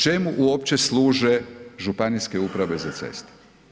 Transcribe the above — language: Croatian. Čemu uopće služe županijske uprave za ceste?